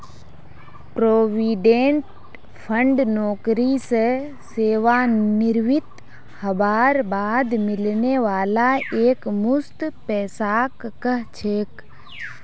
provident fund नौकरी स सेवानृवित हबार बाद मिलने वाला एकमुश्त पैसाक कह छेक